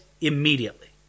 immediately